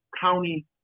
county